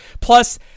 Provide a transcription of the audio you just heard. Plus